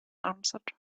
answered